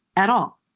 at all.